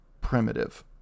primitive